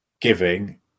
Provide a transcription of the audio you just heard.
giving